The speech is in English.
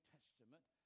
Testament